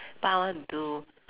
but I want to do